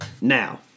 Now